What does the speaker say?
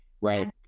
Right